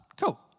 cool